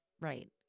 Right